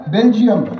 Belgium